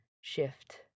shift